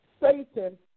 Satan